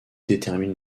détermine